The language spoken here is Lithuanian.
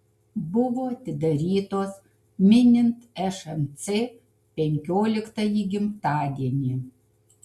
buvo atidarytos minint šmc penkioliktąjį gimtadienį